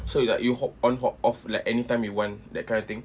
so you like you hop on hop off like anytime you want that kind of thing